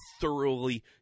thoroughly